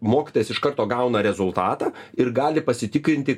mokytojas iš karto gauna rezultatą ir gali pasitikrinti